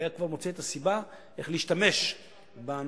שהיה כבר מוצא את הסיבה איך להשתמש בנושאים